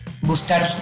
Buscar